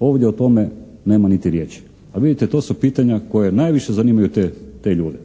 Ovdje o tome nema niti riječi, a vidite, to su pitanja koja najviše zanimaju te ljude.